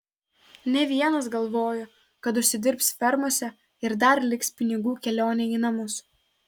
ne vienas galvojo kad užsidirbs fermose ir dar liks pinigų kelionei į namus